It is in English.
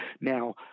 Now